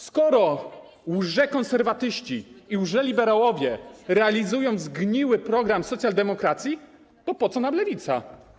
Skoro łżekonserwatyści i łżeliberałowie realizują zgniły program socjaldemokracji, to po co nam Lewica?